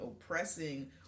oppressing